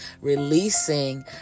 releasing